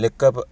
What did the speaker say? लिख्खब्